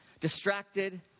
Distracted